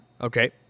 Okay